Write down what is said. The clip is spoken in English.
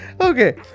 Okay